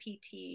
PT